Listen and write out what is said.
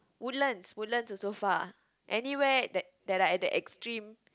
Woodlands Woodlands also far anywhere that that are at the extreme